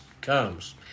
comes